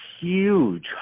huge